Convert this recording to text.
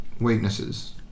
weaknesses